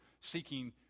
seeking